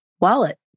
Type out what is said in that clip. wallet